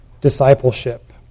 discipleship